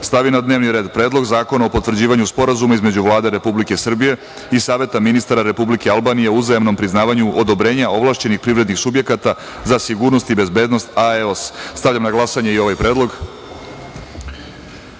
stavi na dnevni red Predlog zakona o potvrđivanju Sporazuma između Vlade Republike Srbije i Saveta ministara Republike Albanije o uzajamnom priznavanju odobrenja ovlašćenih privrednih subjekata za sigurnost i bezbednost (AEOS).Stavljam na glasanje i ovaj